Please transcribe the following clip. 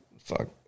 Fuck